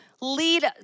lead